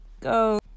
go